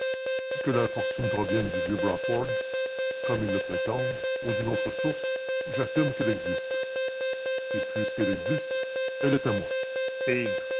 que la fortune provienne du vieux brawford comme ils le prétendent ou d'une autre source j'affirme qu'elle existe et puisqu'elle existe elle est à moi